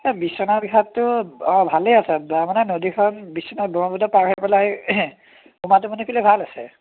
বিশ্বনাথ ঘাটতো অঁ ভালেই আছে মানে নদীখন বিশ্বনাথ ব্ৰহ্মপুত্ৰ পাৰ হৈ পেলাই উমা টুমুনীৰ ফালে ভাল আছে